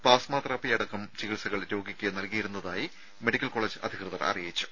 plasma തെറാപ്പിയടക്കം ചികിത്സകൾ രോഗിക്ക് നൽകിയിരുന്നതായി മെഡിക്കൽ കോളേജ് അധികൃതർ അറിയിച്ചു